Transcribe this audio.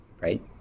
right